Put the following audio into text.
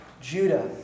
Judah